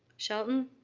shelton?